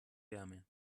wärme